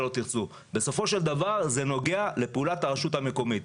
בסופו של דבר זה נוגע לפעולת הרשות המקומית.